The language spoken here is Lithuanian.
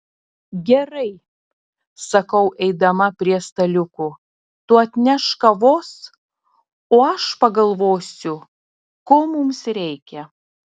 gerai sakau eidama prie staliukų tu atnešk kavos o aš pagalvosiu ko mums reikia